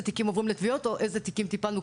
תיקים עוברים לתביעות או איזה תיקים טיפלנו,